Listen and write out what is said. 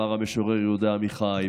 אמר המשורר יהודה עמיחי,